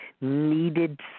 needed